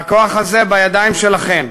והכוח הזה בידיים שלכן.